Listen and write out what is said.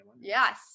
yes